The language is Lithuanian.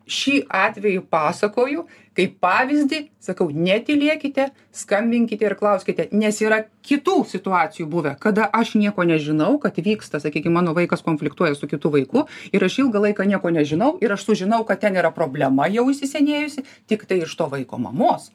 šį atvejį pasakoju kaip pavyzdį sakau netylėkite skambinkite ir klauskite nes yra kitų situacijų buvę kada aš nieko nežinau kad vyksta sakykim mano vaikas konfliktuoja su kitu vaiku ir aš ilgą laiką nieko nežinau ir aš sužinau kad ten yra problema jau įsisenėjusi tiktai iš to vaiko mamos